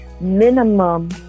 minimum